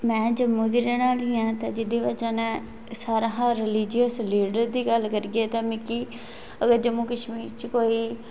में जम्मू दी रैह्न आह्ली आं ते जेह्दे बजह् नै सारें शा रिलिजिस लीडर दी गल्ल करगे ते मिगी अगर जम्मू कश्मीर च कोई